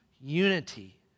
unity